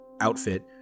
outfit